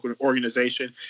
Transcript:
organization